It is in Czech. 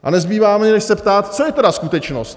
A nezbývá mi, než se ptát: Co je tedy skutečnost?